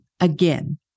Again